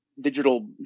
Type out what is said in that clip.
digital